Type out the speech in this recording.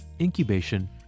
incubation